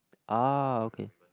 ah okay